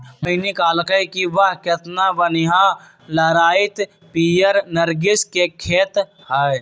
मोहिनी कहलकई कि वाह केतना बनिहा लहराईत पीयर नर्गिस के खेत हई